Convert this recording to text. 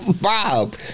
Bob